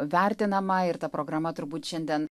vertinama ir ta programa turbūt šiandien